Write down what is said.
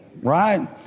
right